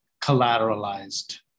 collateralized